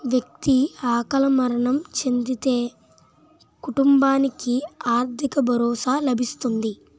వ్యక్తి అకాల మరణం చెందితే కుటుంబానికి ఆర్థిక భరోసా లభిస్తుంది